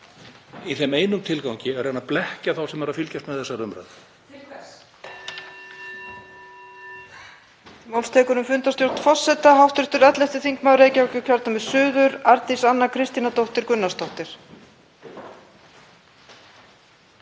í þeim eina tilgangi að reyna að blekkja þá sem eru að fylgjast með þessari umræðu.